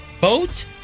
Boat